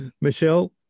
Michelle